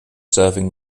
serving